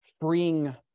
freeing